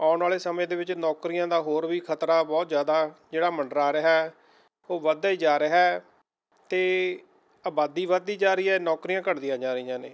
ਆਉਣ ਵਾਲੇ ਸਮੇਂ ਦੇ ਵਿੱਚ ਨੌਕਰੀਆਂ ਦਾ ਹੋਰ ਵੀ ਖ਼ਤਰਾ ਬਹੁਤ ਜ਼ਿਆਦਾ ਜਿਹੜਾ ਮੰਡਰਾ ਰਿਹਾ ਉਹ ਵਧਦਾ ਹੀ ਜਾ ਰਿਹਾ ਅਤੇ ਆਬਾਦੀ ਵਧਦੀ ਜਾ ਰਹੀ ਹੈ ਨੌਕਰੀਆਂ ਘੱਟਦੀਆਂ ਜਾ ਰਹੀਆਂ ਨੇ